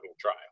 trial